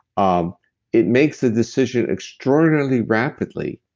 um it makes the decision extraordinarily rapidly.